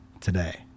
today